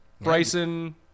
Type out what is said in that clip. Bryson